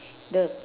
the